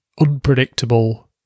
unpredictable